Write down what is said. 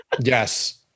Yes